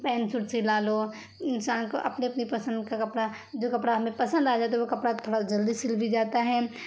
pain suit سلا لو انسان کو اپنی اپنی پسند کا کپڑا جو کپڑا ہمیں پسند آ جاتا ہے وہ کپڑا تھوڑا جلدی سل بھی جاتا ہے